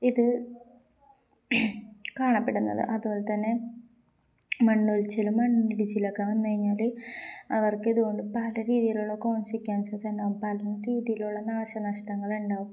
ഇത് കാണപ്പെടുന്നത് അതുപോലെ തന്നെ മണ്ണൊൽിച്ചിലും മണ്ണിടിച്ചിലൊക്കെ വന്ന് കഴിഞ്ഞാല് അവർക്ക ഇത കൊൊണ്ട് പല രീതിയിലുള്ള കോൺസിക്വൻസസ് ഇണ്ടാവും പല രീതിയിലുള്ള നാശനഷ്ടങ്ങുണ്ടാവും